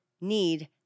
need